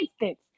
instance